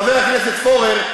חבר הכנסת פורר,